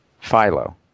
Philo